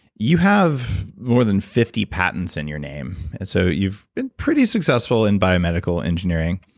you have more than fifty patents in your name, and so you've been pretty successful in biomedical engineering,